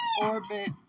orbit